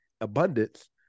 abundance